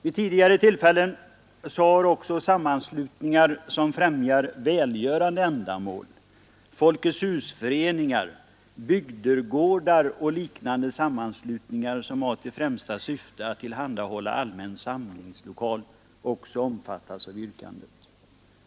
Vid tidigare tillfällen har också sammanslutningar som främjar välgörande ändamål, folketshusföreningar, bygdegårdar och liknande sammanslutningar, vilka har till främsta syfte att tillhandahålla allmän samlingslokal, också omfattats av yrkandet.